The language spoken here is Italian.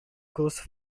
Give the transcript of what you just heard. coast